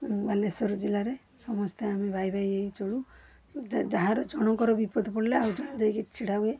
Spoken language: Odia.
ବାଲେଶ୍ଵର ଜିଲ୍ଲାରେ ସମସ୍ତେ ଆମେ ଭାଇ ଭାଇ ହେଇ ଚଳୁ ଯେ ଯାହାର ଜଣଙ୍କର ବିପଦ ପଡ଼ିଲେ ଆଉ ଜଣେ ଯାଇକି ଛିଡ଼ା ହୁଏ